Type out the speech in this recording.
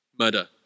murder